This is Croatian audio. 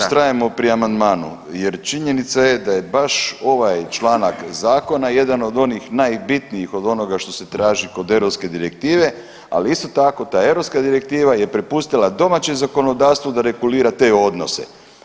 Ustrajemo pri amandmanu jer činjenica je da je baš ovaj članak zakona jedan od onih najbitnijih od onoga što se traži kod EU direktive, ali isto tako, ta EU Direktiva je prepustila domaće zakonodavstvu da regulira te odnose.